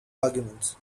arguments